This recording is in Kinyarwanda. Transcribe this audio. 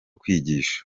kwigisha